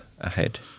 ahead